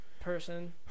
Person